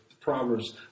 Proverbs